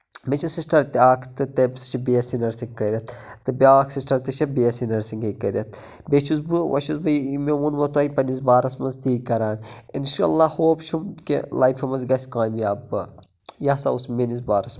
مےٚ چھِ سِسٹر تہِ اکھ تہٕ تمۍ سَہ چھِ بی اٮ۪س سی نٔرِسِنٛگ کٔرِتھ تہِ بیٛاکھ سِسٹر تہِ چھِ بی اٮ۪س سی نٔرسِنٛگے کٔرِتھ بیٚیہِ چھُس بہٕ وَ چھُس بہٕ یہِ مےٚ ووٚنو تُہۍ پننِس بارس منٛز تی کَران اِنشااللہ ہوپ چھُم کہِ لایفہِ منٛز گَژھِ کامیاب بہٕ یہِ سا اوس میٲنِس بارس منٛز